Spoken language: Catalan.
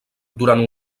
durant